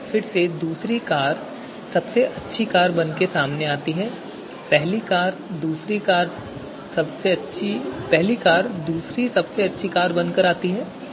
यहाँ फिर से दूसरी कार सबसे अच्छी कार बनकर सामने आती है और पहली कार दूसरी सबसे अच्छी कार बनकर सामने आती है